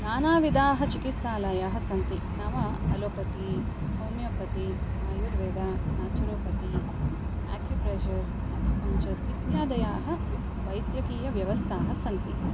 नानाविधाः चिकित्सालयाः सन्ति नाम allopathy homoeopathy Ayurveda naturopathy acupressure acupuncture इत्यादयाः वैद्यकीयव्यवस्थाः सन्ति